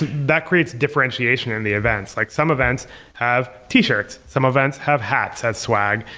that creates differentiation in the events. like some events have t-shirts, some events have hats as swag.